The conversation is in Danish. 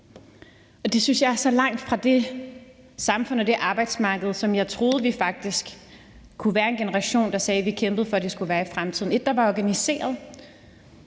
Det synes jeg er så langt fra det samfund og det arbejdsmarked, som jeg faktisk troede vi kunne være en generation der sagde vi kæmpede for det skulle være i fremtiden, altså et